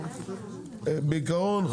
בעיקרון,